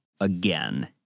again